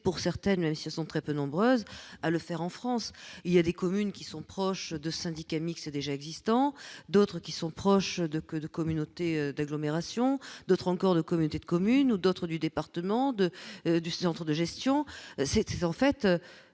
les utiliser, même si elles sont très peu nombreuses à le faire en France. Certaines communes sont proches de syndicats mixtes déjà existants, d'autres de communautés d'agglomération, d'autres encore de communautés de communes, d'autres du département ou du centre de gestion ... De fait,